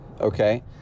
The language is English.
okay